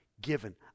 given